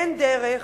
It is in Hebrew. אין דרך,